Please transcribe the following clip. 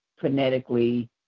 phonetically